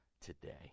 today